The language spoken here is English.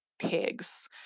pigs